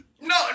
No